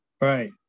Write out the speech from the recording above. Right